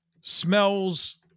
smells